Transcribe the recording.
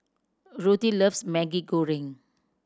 Ruthie loves Maggi Goreng